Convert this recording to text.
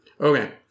Okay